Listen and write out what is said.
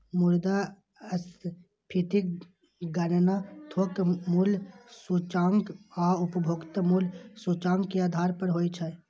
मुद्रास्फीतिक गणना थोक मूल्य सूचकांक आ उपभोक्ता मूल्य सूचकांक के आधार पर होइ छै